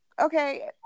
Okay